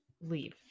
leave